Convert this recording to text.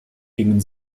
gingen